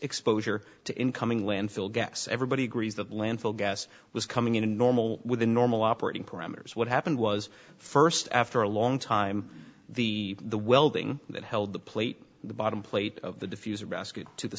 exposure to incoming landfill gas everybody agrees that landfill gas was coming in a normal within normal operating parameters what happened was first after a long time the the welding that held the plate the bottom plate of the diffuser basket to the